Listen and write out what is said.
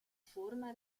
forma